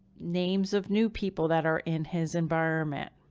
names of new people that are in his environment,